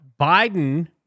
Biden